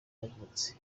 yavutse